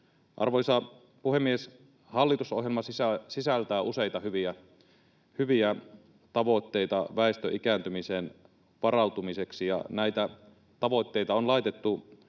Arvoisa puhemies! Hallitusohjelma sisältää useita hyviä tavoitteita väestön ikääntymiseen varautumiseksi, ja näitä tavoitteita on laitettu